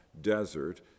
desert